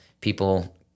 people